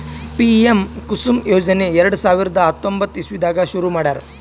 PM Kusum ಯೋಜನೆ ಎರಡ ಸಾವಿರದ್ ಹತ್ತೊಂಬತ್ತ್ ಇಸವಿದಾಗ್ ಶುರು ಮಾಡ್ಯಾರ್